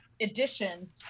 edition